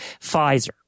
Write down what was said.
Pfizer